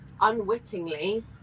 unwittingly